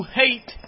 hate